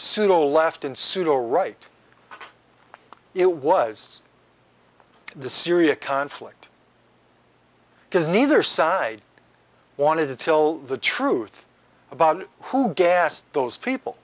pseudo left and pseudo right it was the syria conflict because neither side wanted to till the truth about who gas those people